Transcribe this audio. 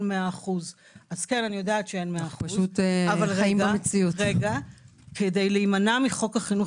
100%. אני יודעת שאין 100% אבל כדי להימנע מחוק החינוך